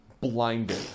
blinded